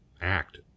act